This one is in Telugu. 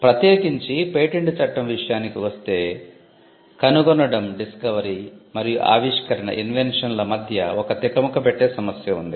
ప్రత్యేకించి పేటెంట్ చట్టం విషయానికి వస్తే కనుగొనటంల మధ్య ఒక తికమక పెట్టే సమస్య ఉంది